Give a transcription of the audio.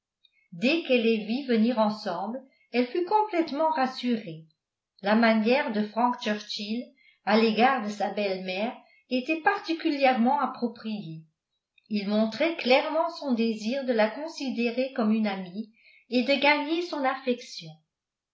dès qu'elle les vit venir ensemble elle fut complètement rassurée la manière de frank churchill à l'égard de sa belle-mère était particulièrement appropriée il montrait clairement son désir de la considérer comme une amie et de gagner son affection